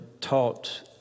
taught